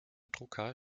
drucker